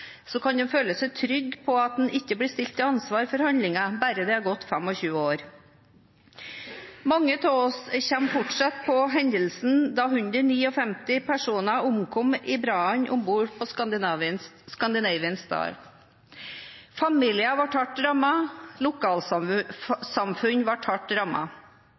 kan man føle seg trygg på at man ikke blir stilt til ansvar for handlingen bare det er gått 25 år. Mange av oss husker fortsatt hendelsen da 159 personer omkom i brannen om bord på «Scandinavian Star». Familier